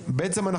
בעצם,